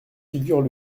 figures